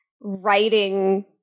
writing